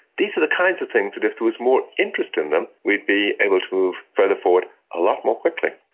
these are the kinds of things that if there was more interest in them we'd be able to move further forward a lot more quickly.